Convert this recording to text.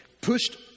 pushed